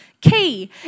key